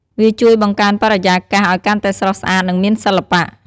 វាជួយបង្កើនបរិយាកាសឱ្យកាន់តែស្រស់ស្អាត និងមានសិល្បៈ។